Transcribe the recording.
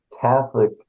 Catholic